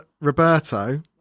Roberto